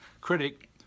critic